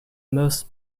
most